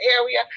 area